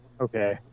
Okay